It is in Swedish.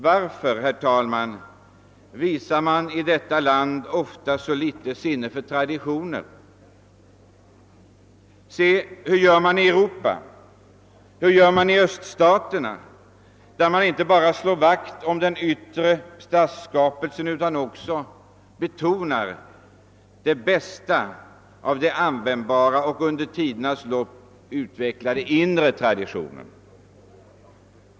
Varför, herr talman, visar man i detta land ofta så litet sinne för traditioner? Hur gör man i väststaterna i Europa? Hur gör man i öststaterna? Där slår man inte bara vakt om den yttre stadsskapelsen utan betonar också det bästa av de användbara och under tidernas lopp utvecklade inre traditionerna.